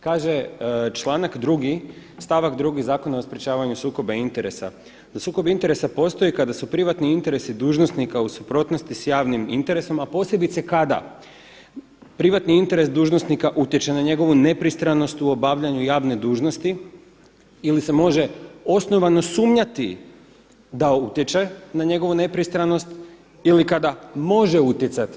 Kaže članak 2. stavak 2. Zakona o sprječavanju sukoba interesa da sukob interesa postoji kada su privatni interesi dužnosnika u suprotnosti sa javnim interesom, a posebice kada privatni interes dužnosnika utječe na njegovu nepristranost u obavljanju javne dužnosti ili se može osnovano sumnjati da utječe na njegovu nepristranost ili kada može utjecati.